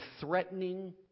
threatening